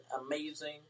amazing